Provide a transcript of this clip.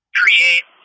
create